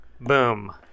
Boom